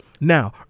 Now